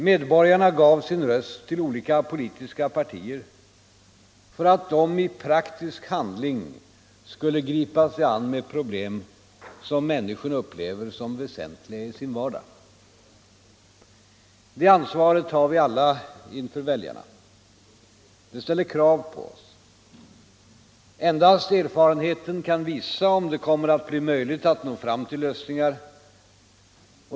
Medborgarna gav sin röst till olika politiska partier för att de i praktisk handling skulle gripa sig an med problem som människor upplever som väsentliga i sin vardag. Det ansvaret har vi alla inför väljarna. Det ställer krav på oss. Endast erfarenheten kan visa om det kommer att bli möjligt att nå fram till lösningar.